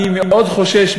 אני מאוד חושש,